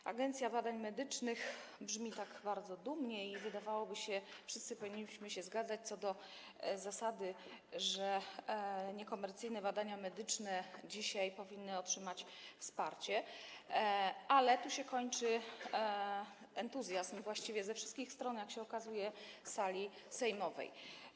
Nazwa: Agencja Badań Medycznych brzmi tak bardzo dumnie i wydawałoby się, wszyscy powinniśmy się zgadzać co do zasady, że niekomercyjne badania medyczne powinny dzisiaj otrzymać wsparcie, ale tu się kończy entuzjazm właściwie wszystkich stron, jak się okazuje, sali sejmowej.